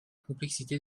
complexité